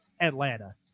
Atlanta